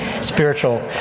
spiritual